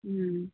ꯎꯝ